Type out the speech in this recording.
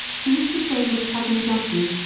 used to say to his cousin jessie,